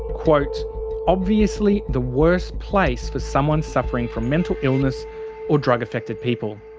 quote obviously the worst place for someone suffering from mental illness or drug-affected people.